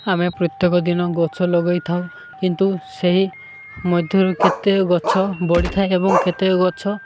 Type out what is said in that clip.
ଆମେ ପ୍ରତ୍ୟେକ ଦିନ ଗଛ ଲଗାଇଥାଉ କିନ୍ତୁ ସେହି ମଧ୍ୟରୁ କେତେ ଗଛ ବଢ଼ିଥାଏ ଏବଂ କେତେ ଗଛ